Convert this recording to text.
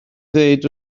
ddweud